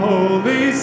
Holy